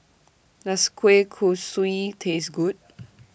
Does Kueh Kosui Taste Good